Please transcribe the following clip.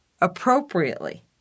appropriately